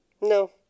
No